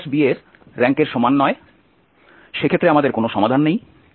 b এর র্যাঙ্কের সমান নয় সেক্ষেত্রে আমাদের কোনও সমাধান নেই